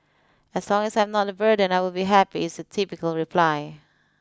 as long as I'm not a burden I will be happy is a typical reply